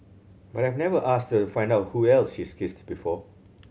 but I've never asked her find out who else she's kissed before